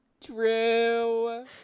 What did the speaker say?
True